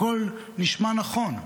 הכול נשמע נכון,